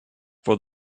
for